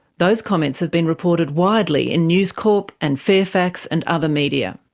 those comments have been reported widely in news corp and fairfax and other media.